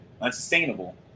unsustainable